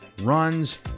runs